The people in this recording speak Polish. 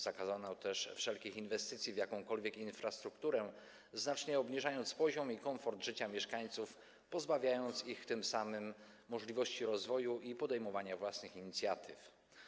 Zakazano też wszelkich inwestycji w jakąkolwiek infrastrukturę, znacznie obniżając poziom i komfort życia mieszkańców, pozbawiając ich tym samym możliwości rozwoju i podejmowania własnych inicjatyw.